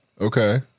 Okay